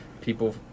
people